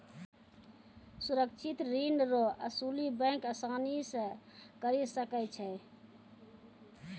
सुरक्षित ऋण रो असुली बैंक आसानी से करी सकै छै